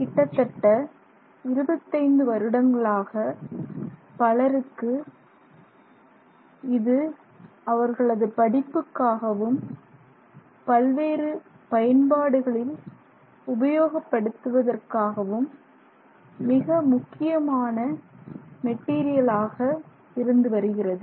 கிட்டத்தட்ட இருபத்தைந்து வருடங்களாக பலருக்கு இதை அவர்களது படிப்புக்காகவும் பல்வேறு பயன்பாடுகளில் உபயோகப்படுத்துவதற்காகவும் மிக முக்கியமான மெட்டீரியல் ஆக இருந்து வருகிறது